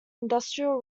industrial